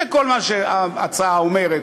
זה כל מה שההצעה אומרת.